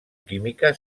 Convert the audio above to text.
química